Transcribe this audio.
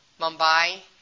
Mumbai